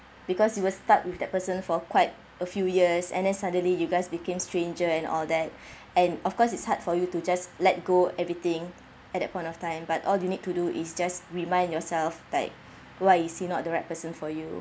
because you will start with that person for quite a few years and then suddenly you guys became stranger and all that and of course it's hard for you to just let go everything at that point of time but all you need to do is just remind yourself like why is he not the right person for you